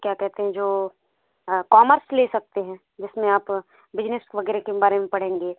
क्या कहते हैं जो कॉमर्स ले सकते हैं जिसमें आप बिजनेस वगैरह के बारे में पढ़ेंगे